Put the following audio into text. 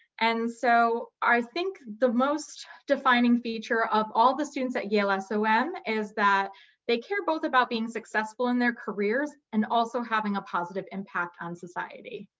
and so i think the most defining feature of all the students at yale ah so som is that they care both about being successful in their careers and also having a positive impact on society.